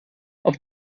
auf